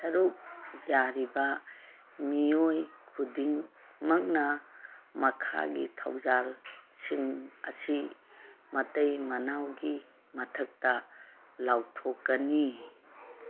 ꯁꯔꯨꯛ ꯌꯥꯔꯤꯕ ꯃꯤꯑꯣꯏ ꯈꯨꯗꯤꯡꯃꯛꯅ ꯃꯈꯥꯒꯤ ꯊꯧꯖꯥꯜꯁꯤꯡ ꯑꯁꯤ ꯃꯇꯩ ꯃꯅꯥꯎꯒꯤ ꯃꯊꯛꯇ ꯂꯥꯎꯊꯣꯛꯀꯅꯤ